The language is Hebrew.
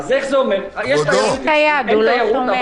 אין תיירות,